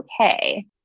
okay